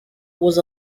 was